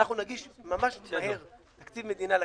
אנחנו נגיש ממש מהר תקציב מדינה לכנסת.